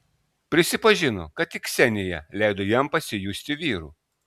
prisipažino kad tik ksenija leido jam pasijusti vyru